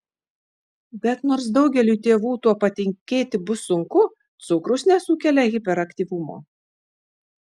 bet nors daugeliui tėvų tuo patikėti bus sunku cukrus nesukelia hiperaktyvumo